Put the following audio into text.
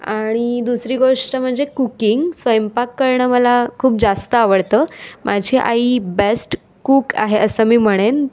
आणि दुसरी गोष्ट म्हणजे कुकिंग स्वयंपाक करणं मला खूप जास्त आवडतं माझी आई बॅस्ट कूक आहे असं मी म्हणेन